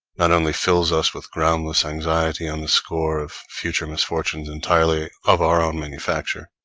not only fills us with groundless anxiety on the score of future misfortunes entirely of our own manufacture